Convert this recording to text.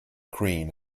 green